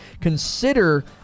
Consider